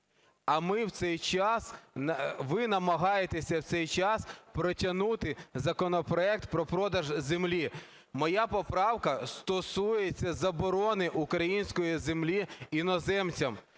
Ви намагаєтесь в цей час протягнути законопроект про продаж землі. Моя поправка стосується заборони української землі іноземцям.